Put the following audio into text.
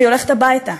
והיא הולכת הביתה.